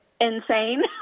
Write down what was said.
insane